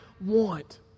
want